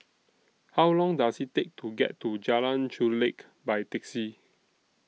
How Long Does IT Take to get to Jalan Chulek By Taxi